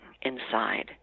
inside